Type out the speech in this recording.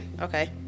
Okay